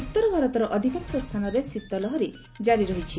ଉତ୍ତରଭାରତର ଅଧିକାଂଶ ସ୍ଥାନରେ ଶୀତଲହରୀ ଜାରି ରହିଛି